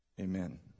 Amen